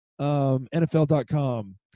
NFL.com